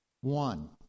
One